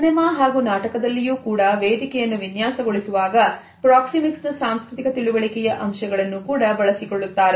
cinema ಹಾಗೂ ನಾಟಕದಲ್ಲಿಯೂ ಕೂಡ ವೇದಿಕೆಯನ್ನು ವಿನ್ಯಾಸಗೊಳಿಸುವ ಆಗ ಪ್ರಾಕ್ಸಿಮಿಕ್ಸ್ ನ ಸಾಂಸ್ಕೃತಿಕ ತಿಳುವಳಿಕೆಯ ಅಂಶಗಳನ್ನು ಕೂಡ ಬಳಸಿಕೊಳ್ಳುತ್ತಾರೆ